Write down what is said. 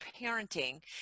parenting